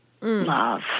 love